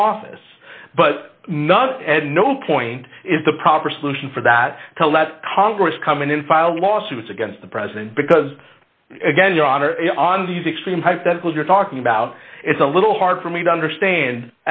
from office but not and no point is the proper solution for that to let congress come in in file lawsuits against the president because again your honor these extreme hypotheticals you're talking about it's a little hard for me to understand